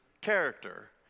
character